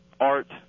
art